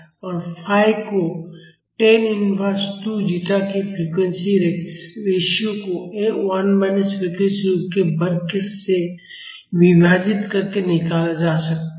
और phi को tan inverse 2 zeta frequency ratio को 1 माइनस फ़्रीक्वेंसी रेशियो के वर्ग से विभाजित करके निकाला जा सकता है